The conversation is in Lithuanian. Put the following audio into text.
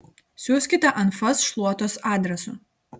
siųskite anfas šluotos adresu